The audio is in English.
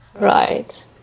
Right